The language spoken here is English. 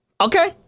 Okay